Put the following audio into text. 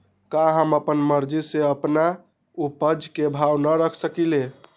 का हम अपना मर्जी से अपना उपज के भाव न रख सकींले?